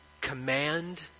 command